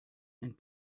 and